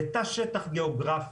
בתא שטח גאוגרפי,